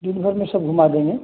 दिन भर में सब घुमा देंगे